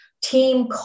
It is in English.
team